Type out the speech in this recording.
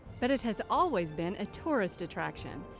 but it has always been a tourist attraction.